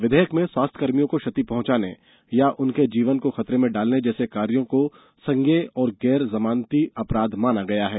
विधेयक में स्वास्थ्यकर्मियों को क्षति पहुंचाने या उनके जीवन को खतरे में डालने जैसे कार्यो को संज्ञेय और गैर जमानती अपराध माना गया है